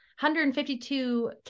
152